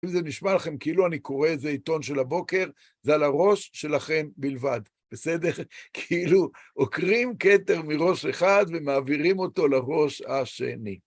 אם זה נשמע לכם כאילו אני קורא איזה עיתון של הבוקר, זה על הראש שלכם בלבד, בסדר? כאילו עוקרים כתר מראש אחד ומעבירים אותו לראש השני.